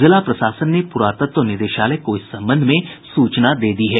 जिला प्रशासन ने पुरातत्व निदेशालय को इस संबंध में सूचना दे दी है